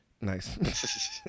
Nice